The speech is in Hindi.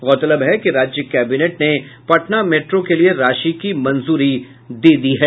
गौरतलब है कि राज्य कैबिनेट ने पटना मेट्रो के लिये राशि की मंजूरी दे दी है